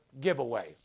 giveaway